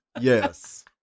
Yes